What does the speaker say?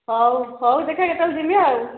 ହଉ ହଉ ଦେଖିବା କେତେବେଳେ ଯିବି ଆଉ